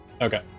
Okay